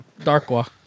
darkwa